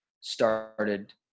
started